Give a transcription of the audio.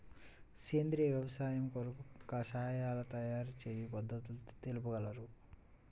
సేంద్రియ వ్యవసాయము కొరకు కషాయాల తయారు చేయు పద్ధతులు తెలుపగలరు?